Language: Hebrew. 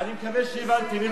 אני מקווה שהבנתם.